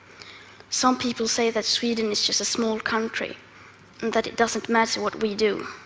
some people say that sweden is just a small country, and that it doesn't matter what we do,